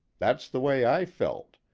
that's the way i felt.